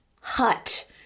hut